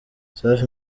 safi